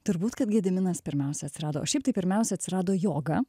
turbūt kad gediminas pirmiausia atsirado o šiaip taip pirmiausia atsirado joga